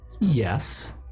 Yes